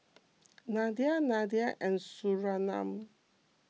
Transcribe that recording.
Nadia Nadia and Surinam